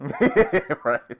Right